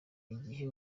igihe